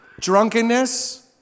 drunkenness